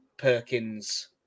Perkins